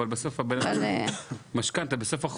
אבל בסוף המשכנתא יורדת,